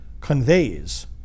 conveys